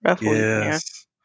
Yes